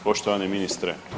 Poštovani ministre.